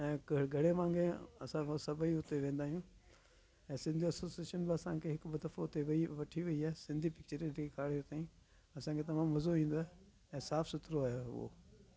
ऐं घणे वांगुरु असां उहा सभेई हुते वेंदा आहियूं एसोसियेशन बि असांखे हिकु ॿ दफ़ो हुते वेई वठी वई आहे सिंधी पिचर ॾेखारियो अथई असांखे तमामु मज़ो ईंदो आहे ऐं साफ़ु सुथिरो आहे हुओ